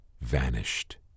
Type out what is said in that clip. vanished